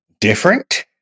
different